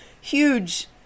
huge